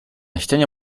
ścianie